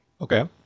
Okay